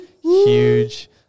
huge